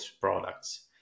products